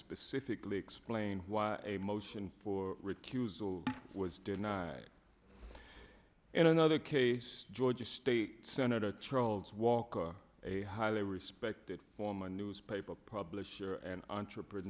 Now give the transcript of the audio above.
specifically explain why a motion for recusal was denied in another case georgia state senator charles walker a highly respected former newspaper publisher and entrepreneur